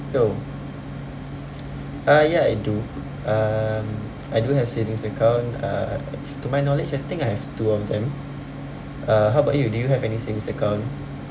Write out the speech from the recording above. uh ya I do um I do have savings account uh to my knowledge I think I have two of them uh how about you do you have any savings account